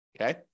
okay